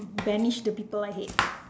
banish the people I hate